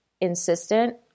insistent